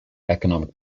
economic